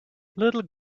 little